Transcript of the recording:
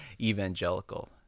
evangelical